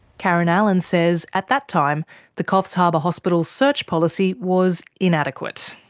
karen allen says at that time the coffs harbour hospital search policy was inadequate.